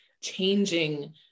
changing